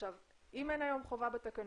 אם אין היום חובה בתקנות,